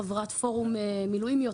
חברת פורום מילואימיות,